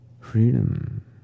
freedom